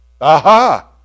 Aha